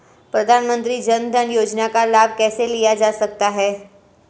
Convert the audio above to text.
प्रधानमंत्री जनधन योजना का लाभ कैसे लिया जा सकता है?